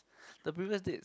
the previous dates